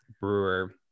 brewer